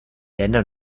länder